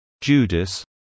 Judas